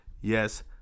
Yes